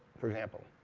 for example.